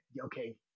okay